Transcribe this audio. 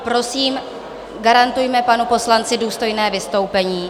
Prosím, garantujme panu poslanci důstojné vystoupení.